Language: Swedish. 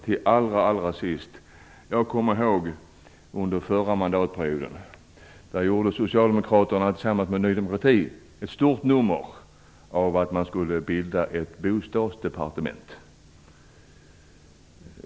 Till sist, herr talman: Under förra mandatperioden gjorde Socialdemokraterna tillsammans med Ny demokrati ett stort nummer av att man skulle bilda ett bostadsdepartement.